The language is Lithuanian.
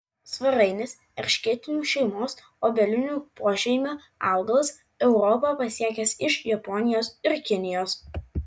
svarainis erškėtinių šeimos obelinių pošeimio augalas europą pasiekęs iš japonijos ir kinijos